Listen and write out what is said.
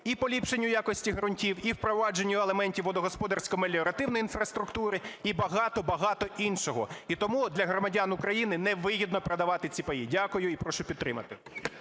і поліпшенню якості ґрунтів, і впровадженню елементів водогосподарсько-меліоративної інфраструктури, і багато-багато іншого. І тому для громадян України невигідно продавати ці паї. Дякую і прошу підтримати.